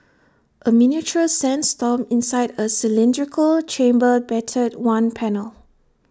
A miniature sandstorm inside A cylindrical chamber battered one panel